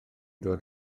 dod